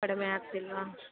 ಕಡಿಮೆ ಆಗ್ತಿಲ್ವ